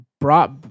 brought